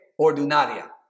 ordinaria